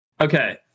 Okay